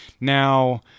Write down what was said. Now